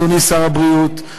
אדוני שר הבריאות,